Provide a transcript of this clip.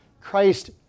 Christ